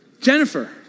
Jennifer